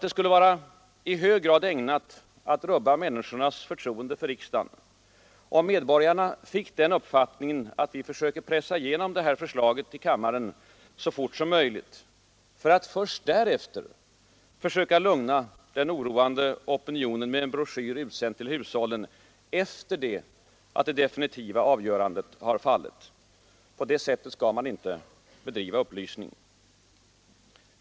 Det skulle vara i hög grad ägnat att rubba människornas förtroende för riksdagen, om medborgarna fick den uppfattningen att vi försöker pressa igenom förslaget här i kammaren så fort som möjligt för att först därefter söka lugna den oroade opinionen med en broschyr utsänd till hushållen efter det att det definitiva avgörandet fallit. På det sättet skall man inte bedriva upplysning.